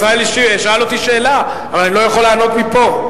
ישראל שאל אותי שאלה, אבל אני לא יכול לענות מפה.